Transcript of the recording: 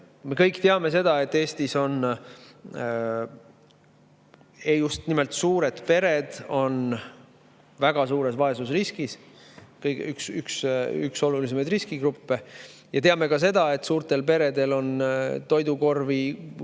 Me kõik teame, et Eestis on just nimelt suured pered väga suures vaesusriskis, nad on üks olulisemaid riskigruppe, ja teame ka seda, et suurtel peredel on toidukorvi